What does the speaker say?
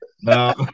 No